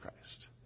Christ